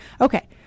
Okay